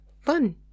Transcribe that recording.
fun